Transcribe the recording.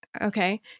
okay